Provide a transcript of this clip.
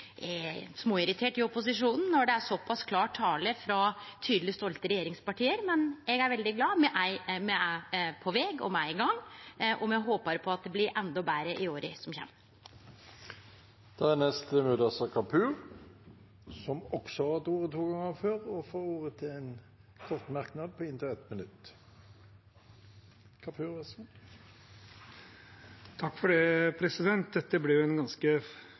i opposisjonen når det er såpass klar tale frå tydeleg stolte regjeringsparti, men eg er veldig glad. Me er på veg, og me er i gang. Me håpar på at det blir endå betre i åra som kjem. Representanten Mudassar Kapur har også hatt ordet to ganger tidligere og får ordet til en kort merknad, begrenset til 1 minutt.